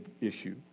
issue